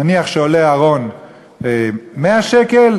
נניח שארון עולה 100 שקל,